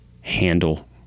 handle